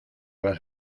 las